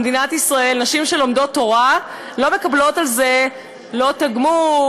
במדינת ישראל נשים שלומדות תורה לא מקבלות על זה לא תגמול,